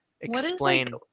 explain